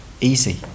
easy